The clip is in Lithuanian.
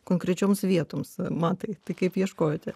konkrečioms vietoms matai tai kaip ieškojote